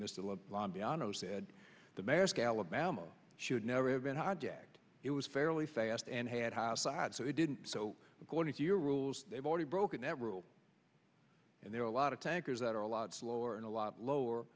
said the maersk alabama should never have been hijacked it was fairly fast and had house odds so it didn't so according to your rules they've already broken that rule and there are a lot of tankers that are a lot slower and a lot lower